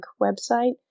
website